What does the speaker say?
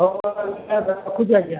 ହଉ ରଖୁଛି ଆଜ୍ଞା